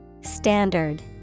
standard